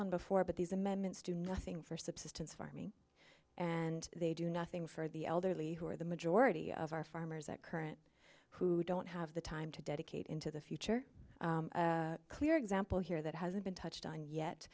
on before but these amendments do nothing for subsistence farming and they do nothing for the elderly who are the majority of our farmers at current who don't have the time to dedicate into the future clear example here that hasn't been touched on yet